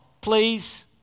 please